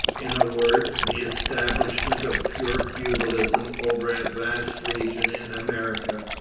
in a word, the establishment of pure feudalism over a vast region in america.